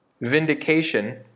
vindication